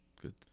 Good